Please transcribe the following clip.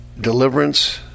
deliverance